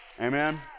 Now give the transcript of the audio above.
Amen